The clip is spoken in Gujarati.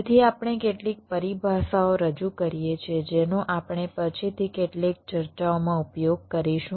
તેથી આપણે કેટલીક પરિભાષાઓ રજૂ કરીએ છીએ જેનો આપણે પછીથી કેટલીક ચર્ચાઓમાં ઉપયોગ કરીશું